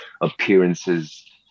appearances